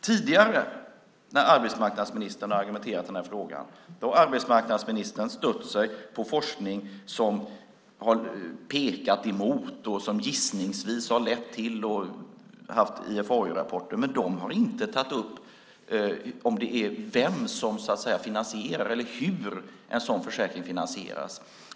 Tidigare när arbetsmarknadsministern har argumenterat i den här frågan har han stött sig på forskning som har pekat mot och gissningsvis har lett till detta och så vidare, och han har haft IFAU-rapporter, men de har inte tagit upp vem det är som finansierar eller hur en sådan försäkring finansieras.